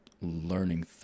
learning